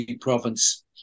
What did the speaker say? province